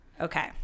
Okay